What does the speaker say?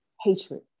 hatred